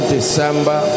December